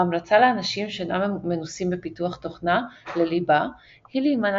ההמלצה לאנשים שאינם מנוסים בפיתוח תוכנה לליבה היא להימנע